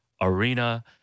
Arena